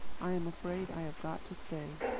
i'm afraid i've got to stay.